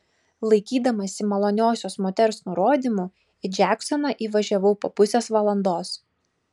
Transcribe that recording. laikydamasi maloniosios moters nurodymų į džeksoną įvažiavau po pusės valandos